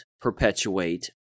perpetuate